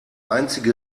einzige